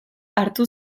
hartu